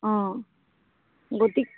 অঁ গতিকে